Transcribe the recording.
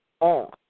on